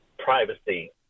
privacy